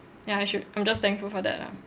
ya I should I'm just thankful for that lah